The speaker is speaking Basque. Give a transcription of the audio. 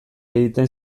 egiten